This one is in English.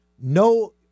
No